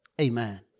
Amen